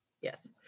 Yes